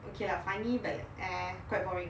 okay lah funny but eh quite boring